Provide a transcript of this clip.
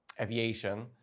aviation